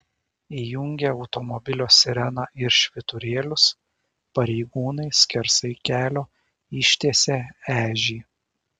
įjungę automobilio sireną ir švyturėlius pareigūnai skersai kelio ištiesė ežį